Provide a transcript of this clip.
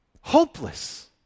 hopeless